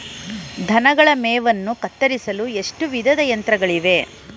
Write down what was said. ದನಗಳ ಮೇವನ್ನು ಕತ್ತರಿಸಲು ಎಷ್ಟು ವಿಧದ ಯಂತ್ರಗಳಿವೆ?